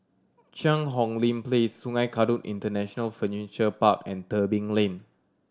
Cheang Hong Lim Place Sungei Kadut International Furniture Park and Tebing Lane